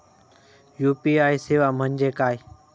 UPI सेवा म्हणजे काय?